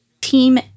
Team